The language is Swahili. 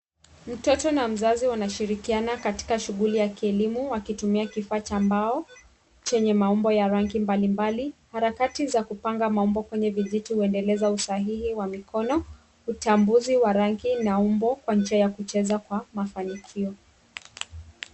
Mtoto na mzazi wanashirikiana katika shughuli ya kielimu akitumia kifaa cha mbao chenye maumbo ya rangi mbalimbali, harakati za kupanga maumbo kwenye vijiti huendeleza usahihi wa mikono, uchambuzi wa rangi na umbo.